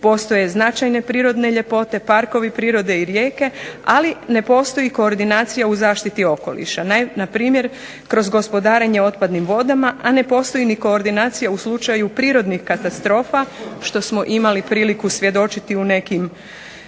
postoje značajne prirodne ljepote, parkovi prirode i rijeke, ali ne postoji koordinacija u zaštiti okoliša, npr. kroz gospodarenje otpadnim vodama, a ne postoji ni koordinacija u slučaju prirodnih katastrofa što smo imali priliku svjedočiti u nekim